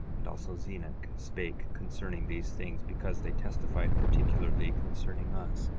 and also zenock spake concerning these things, because they testified particularly concerning us,